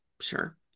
Sure